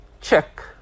check